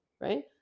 right